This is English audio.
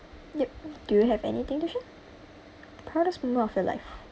yup do you have anything to share proudest moment of your life